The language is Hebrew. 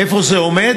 איפה זה עומד,